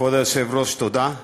כבוד היושב-ראש, תודה רבה.